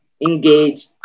engage